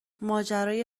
ماجرای